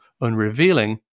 unrevealing